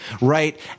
right